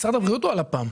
משרד הבריאות או לפ"מ?